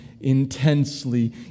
intensely